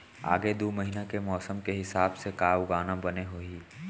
आगे दू महीना के मौसम के हिसाब से का उगाना बने होही?